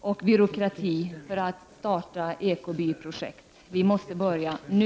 och byråkrati för att skapa ekobyprojekt. Vi måste börja nu!